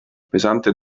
pesante